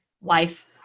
wife